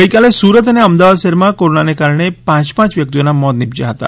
ગઈકાલે સુરત અને અમદાવાદ શહેરમાં કોરોનાને કારણે પાંચ પાંચ વ્યક્તિઓના મોત નિપજ્યા હતા